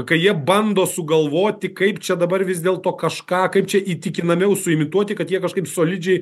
kai jie bando sugalvoti kaip čia dabar vis dėlto kažką kaip čia įtikinamiau suimituoti kad jie kažkaip solidžiai